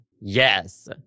yes